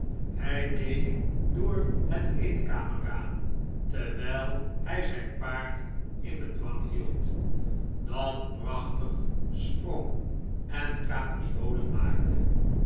hij keek door het eetkamerraam terwijl hij zijn paard in bedwang hield dat prachtig sprong en capriolen maakte